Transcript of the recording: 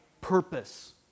purpose